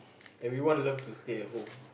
everyone love to stay at home